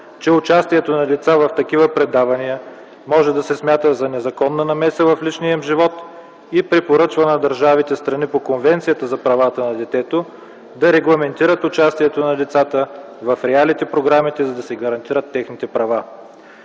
че участието на деца в такива предавания може да се смята за незаконна намеса в личния им живот и препоръчва на държавите – страни по Конвенцията за правата на детето, да регламентират участието на децата в реалити-програмите, за да се гарантират техните права.